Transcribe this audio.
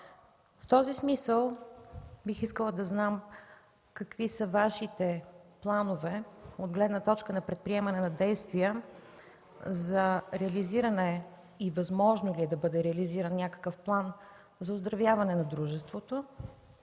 В този смисъл бих искала да знам какви са Вашите планове от гледна точка на предприемане на действия за реализиране и възможно ли е да бъде реализиран някакъв план за оздравяване на дружеството?